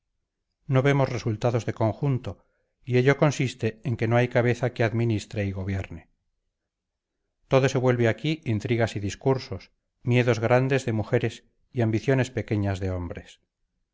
no vemos resultados de conjunto y ello consiste en que no hay cabeza que administre y gobierne todo se vuelve aquí intrigas y discursos miedos grandes de mujeres y ambiciones pequeñas de hombres